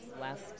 last